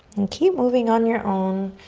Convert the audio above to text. and keep moving on your own.